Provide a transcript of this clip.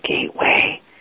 gateway